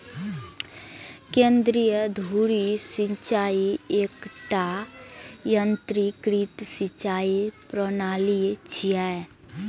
केंद्रीय धुरी सिंचाइ एकटा यंत्रीकृत सिंचाइ प्रणाली छियै